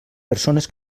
persones